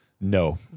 No